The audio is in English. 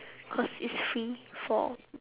cause it's free for